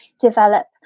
develop